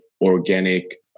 organic